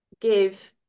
give